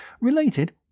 Related